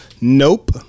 Nope